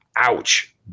Ouch